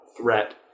threat